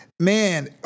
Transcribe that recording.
Man